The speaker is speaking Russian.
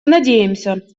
надеемся